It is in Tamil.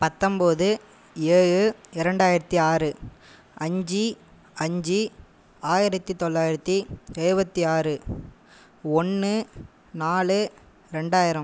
பத்தொம்போது ஏழு இரண்டாயிரத்தி ஆறு அஞ்சு அஞ்சு ஆயிரத்தி தொள்ளாயிரத்தி எழுபத்தி ஆறு ஒன்று நாலு ரெண்டாயிரம்